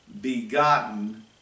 begotten